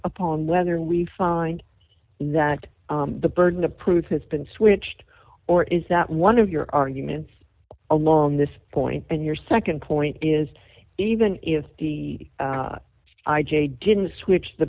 upon whether we find that the burden of proof has been switched or is that one of your arguments along this point and your nd point is even if the i j a didn't switch the